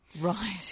Right